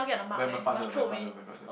my my partner my partner my partner